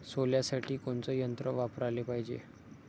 सोल्यासाठी कोनचं यंत्र वापराले पायजे?